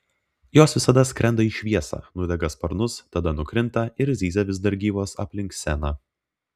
jos visada skrenda į šviesą nudega sparnus tada nukrinta ir zyzia vis dar gyvos aplink sceną